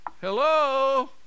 Hello